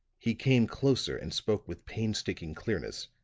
he came closer and spoke with painstaking clearness,